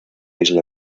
isla